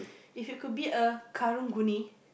if you could be a karang-guni